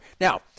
Now